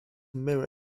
mirror